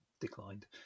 declined